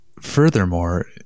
furthermore